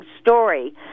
story